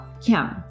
Kim